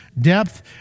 depth